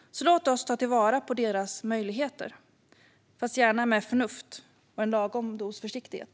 Låt oss ta till vara deras möjligheter, fast gärna med förnuft och en lagom dos försiktighet.